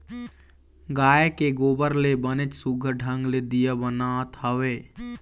गाय के गोबर ले बनेच सुग्घर ढंग ले दीया बनात हवय